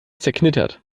zerknittert